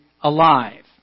alive